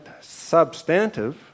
substantive